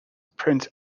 prince